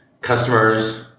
customers